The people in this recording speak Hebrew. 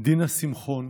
דינה שמחון,